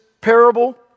parable